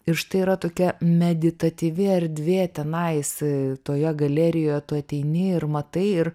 ir štai yra tokia meditatyvi erdvė tenais toje galerijoj tu ateini ir matai ir